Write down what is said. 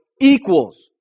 equals